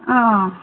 ಆಂ